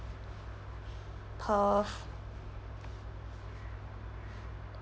perth